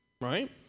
Right